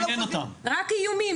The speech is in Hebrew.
רק איומים,